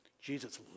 Jesus